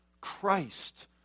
Christ